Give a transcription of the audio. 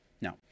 No